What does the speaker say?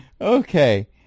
Okay